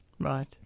Right